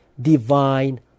divine